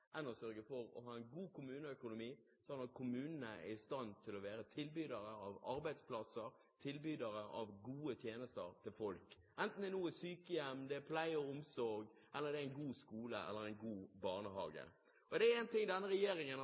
enn å sørge for å ha en god kommuneøkonomi, sånn at kommunene er i stand til å være tilbydere av arbeidsplasser og av gode tjenester til folk, enten det er sykehjem, pleie og omsorg, en god skole eller en god barnehage. Og er det én ting denne